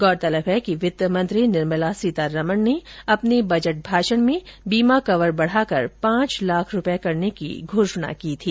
गौरतलब है कि वित्त मंत्री निर्मला सीतारमण ने अपने बजट भाषण में बीमा कवर बढाकर पांच लाख रूपये करने की घोषणा की थी